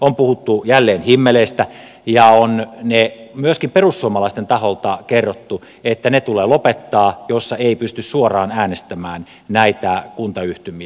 on puhuttu jälleen himmeleistä ja on myöskin perussuomalaisten taholta kerrottu että ne tulee lopettaa joissa ei pysty suoraan äänestämään näitä kuntayhtymiä